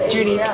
Judy